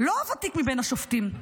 לא הוותיק מבין השופטים.